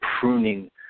pruning